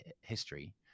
history